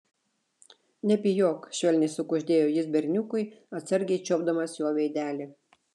nebijok švelniai sukuždėjo jis berniukui atsargiai čiuopdamas jo veidelį